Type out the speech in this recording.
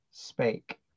spake